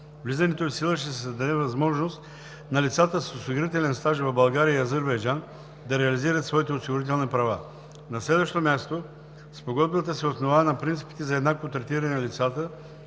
Влизането ѝ в сила ще създаде възможност на лицата с осигурителен стаж в България и Азербайджан да реализират своите осигурителни права. На следващо място Спогодбата се основава на принципите за еднакво третиране на лицата,